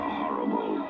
horrible